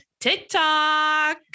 TikTok